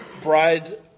bride